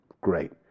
Great